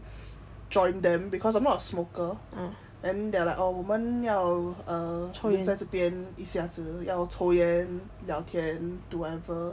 join them because I'm not a smoker and they were like oh 我们要 uh 留在这边一下子要抽烟聊天 do whatever